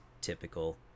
typical